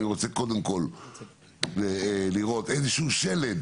אני רוצה קודם כול לראות איזשהו שלד,